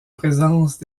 présence